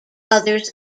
others